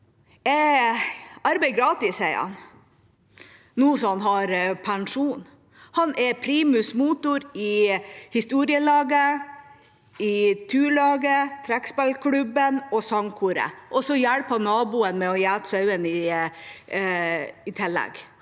arbeider gratis, sa han, nå som han har pensjon. Han er primus motor i historielaget, turlaget, trekkspillklubben og sangkoret, og så hjelper han naboen med å gjete sauene i tillegg.